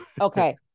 Okay